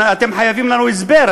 אתם חייבים לנו הסבר,